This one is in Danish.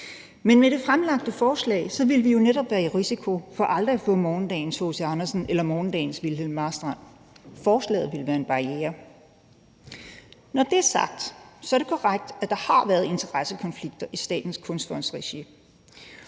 men med det fremsatte forslag ville vi jo netop være i risiko for aldrig at få morgendagens H. C. Andersen eller morgendagens Wilhelm Marstrand; forslaget ville være en barriere. Når det er sagt, er det korrekt, at der har været interessekonflikter i regi af Statens Kunstfond.